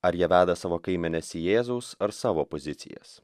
ar jie veda savo kaimenes į jėzaus ar savo pozicijas